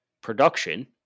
production